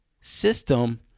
system